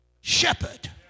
shepherd